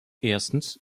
erstens